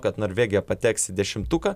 kad norvegija pateks į dešimtuką